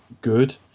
good